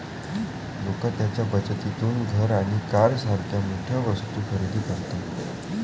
लोक त्यांच्या बचतीतून घर आणि कारसारख्या मोठ्या वस्तू खरेदी करतात